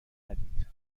ندید